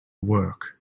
work